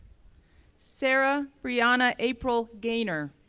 sarah brianna april gaynor,